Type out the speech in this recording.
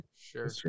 sure